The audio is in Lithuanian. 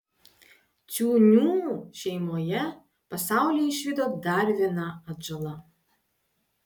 ciūnių šeimoje pasaulį išvydo dar viena atžala